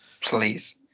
please